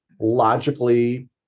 logically